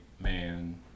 man